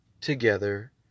together